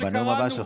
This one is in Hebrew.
בנאום הבא שלך.